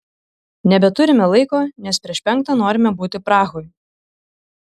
nebeturime laiko nes prieš penktą norime būti prahoj